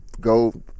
go